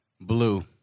blue